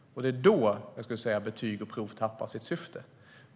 Men det är då, skulle jag säga, som betyg och prov tappar sitt syfte.